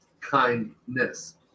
Kindness